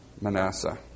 Manasseh